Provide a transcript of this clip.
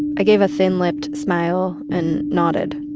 i gave a thin-lipped smile and nodded.